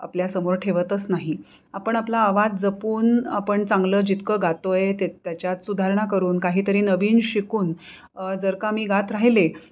आपल्यासमोर ठेवतच नाही आपण आपला आवाज जपून आपण चांगलं जितकं गातो आहे ते त्याच्यात सुधारणा करून काही तरी नवीन शिकून जर का मी गात राहिले